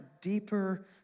deeper